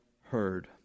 heard